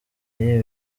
y’ibi